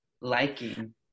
liking